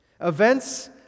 events